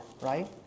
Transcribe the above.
right